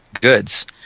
goods